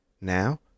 Now